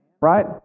right